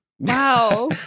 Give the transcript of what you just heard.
Wow